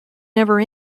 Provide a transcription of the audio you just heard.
never